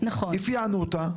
אפיינו צורך,